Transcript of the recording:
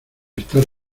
estar